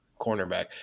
cornerback